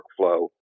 workflow